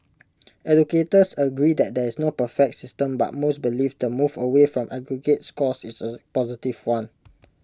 educators agree that there is no perfect system but most believe the move away from aggregate scores is A positive one